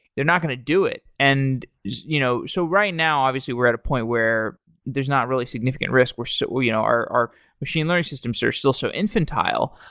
they're not going to do it. and you know so right now, obviously, we're at a point where there's not really a significant risk, so you know our our machine learning systems are still so infantile.